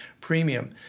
premium